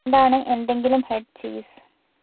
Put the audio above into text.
എന്താണ് എന്തെങ്കിലും head cheese